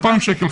2,000 שקלים,